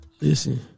listen